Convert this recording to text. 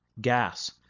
gas